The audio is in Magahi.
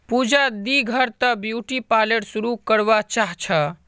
पूजा दी घर त ब्यूटी पार्लर शुरू करवा चाह छ